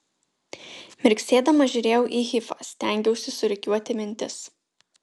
mirksėdama žiūrėjau į hifą stengiausi surikiuoti mintis